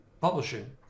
publishing